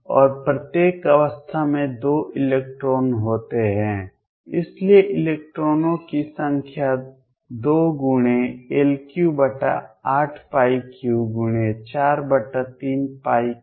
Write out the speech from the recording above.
और प्रत्येक अवस्था में 2 इलेक्ट्रॉन होते हैं इसलिए इलेक्ट्रॉनों की संख्या 2×L38343kF3 होने वाली है